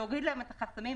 להוריד להם את החסמים.